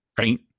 faint